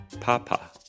Papa